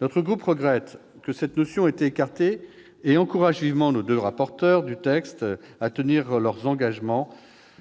Notre groupe regrette que cette notion ait été écartée et encourage vivement les deux rapporteurs du texte à tenir leur engagement